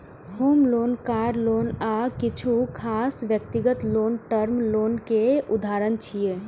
होम loan, car loan आ किछु खास व्यक्तिगत लोन टर्म लोन के उदाहरण छियै